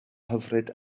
hyfryd